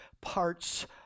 parts